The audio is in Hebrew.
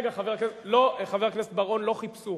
חבר הכנסת בר-און, לא חיפשו